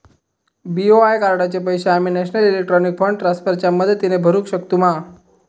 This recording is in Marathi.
बी.ओ.आय कार्डाचे पैसे आम्ही नेशनल इलेक्ट्रॉनिक फंड ट्रान्स्फर च्या मदतीने भरुक शकतू मा?